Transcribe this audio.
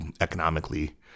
economically